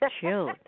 chill